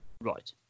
Right